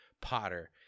Potter